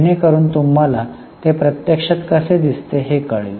जेणेकरून तुम्हाला ते प्रत्यक्षात कसे दिसते हे कळेल